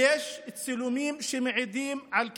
יש צילומים שמעידים על כך,